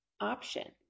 option